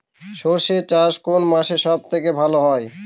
সর্ষে চাষ কোন মাসে সব থেকে ভালো হয়?